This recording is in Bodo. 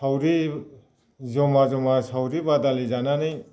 सावरि जमा जमा सावरि बादालि जानानै